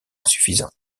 insuffisant